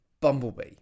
Bumblebee